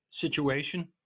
situation